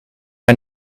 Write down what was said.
hij